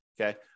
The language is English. Okay